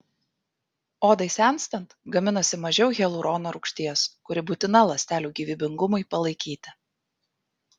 odai senstant gaminasi mažiau hialurono rūgšties kuri būtina ląstelių gyvybingumui palaikyti